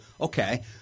Okay